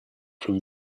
from